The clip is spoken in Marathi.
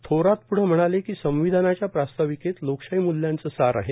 थोरात पुढे म्हणाले की संविधानाच्या प्रास्ताविकेत लोकशाही मूल्यांचे सार आहे